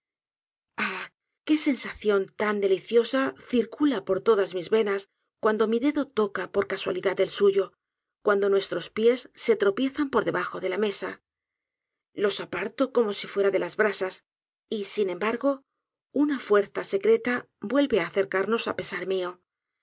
qué sensación tan deliciosa circula por todas mis venas cuando mi dedo toca por casualidad el suyo cuando nuestros pies se tropiezan por debajo de la mesa los aparto como si fuera de las brasas y n embargo una fuerza secreta vuelve á acercarnos á pesar mío